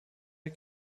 der